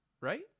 Right